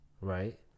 Right